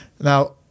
Now